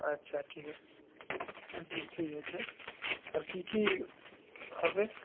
আচ্ছা ঠিক আছে হুম হুম ঠিক আছে আর কী কী হবে